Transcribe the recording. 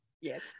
Yes